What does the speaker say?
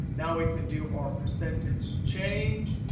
now we can do our percentage change,